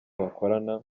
bakorana